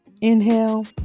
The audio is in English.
Inhale